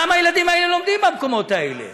למה הילדים האלה לומדים במקומות האלה?